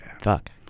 Fuck